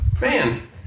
man